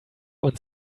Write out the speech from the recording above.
und